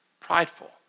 Prideful